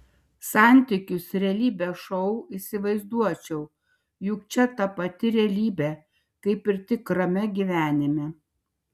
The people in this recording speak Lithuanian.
santykius realybės šou įsivaizduočiau juk čia ta pati realybė kaip ir tikrame gyvenime